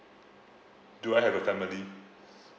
do I have a family